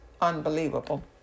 unbelievable